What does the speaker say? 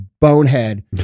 bonehead